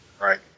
Right